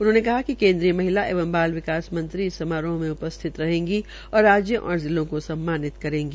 उन्होंने कहा कि केंद्रीय महिला एवं बाल विकास मंत्री इस समारोह में उ स्थित रहेंगी और राज्यों एवं जिलों को सम्मानित करेंगी